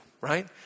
right